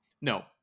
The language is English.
no